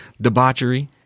Debauchery